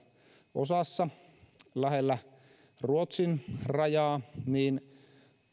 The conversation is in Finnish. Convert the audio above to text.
osassa lähellä ruotsin rajaa niin